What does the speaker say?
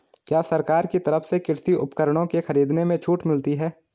क्या सरकार की तरफ से कृषि उपकरणों के खरीदने में छूट मिलती है?